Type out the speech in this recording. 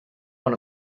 one